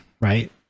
right